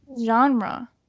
genre